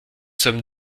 sommes